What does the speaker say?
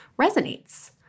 resonates